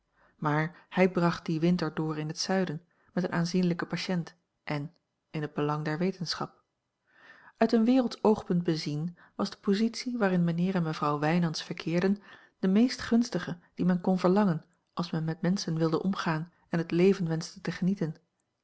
maar hij bracht dien winter door in het zuiden met een aanzienlijken patiënt en in het belang der wetenschap uit een wereldsch oogpunt bezien was de positie waarin mijnheer en mevrouw wijnands verkeerden de meest gunstige die men kon verlangen als men met menschen wilde omgaan en het leven wenschte te genieten